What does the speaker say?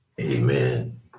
Amen